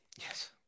Yes